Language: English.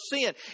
sin